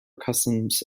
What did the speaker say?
customs